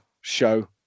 show